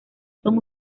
son